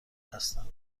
هستند